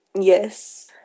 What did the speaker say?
Yes